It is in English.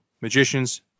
magicians